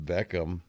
Beckham